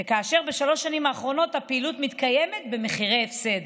ובשלוש השנים האחרונות הפעילות מתקיימת במחירי הפסד.